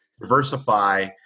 Diversify